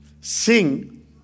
Sing